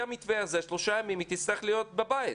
המתווה הזה שלושה ימים היא תצטרך להיות בבית.